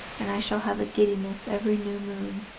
and i shall have a giddiness every new moon.